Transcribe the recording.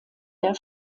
der